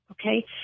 okay